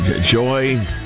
Joy